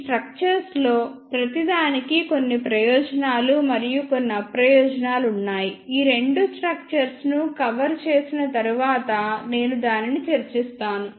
ఈ నిర్మాణాలలో ప్రతిదానికి కొన్ని ప్రయోజనాలు మరియు కొన్ని అప్రయోజనాలు ఉన్నాయి ఈ రెండు నిర్మాణాలను కవర్ చేసిన తరువాత నేను దానిని చర్చిస్తాను